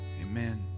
Amen